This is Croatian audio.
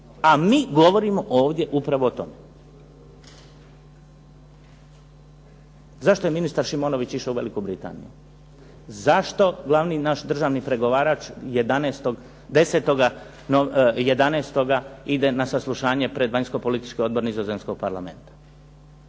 A mi govorimo ovdje upravo o tome. Zašto je ministar Šimonović išao u Veliku Britaniju? Zašto glavni naš državni pregovarač 11.10., 11. ide na saslušanje pred Vanjsko-politički odbor nizozemskog parlamenta.